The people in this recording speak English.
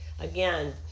Again